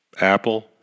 Apple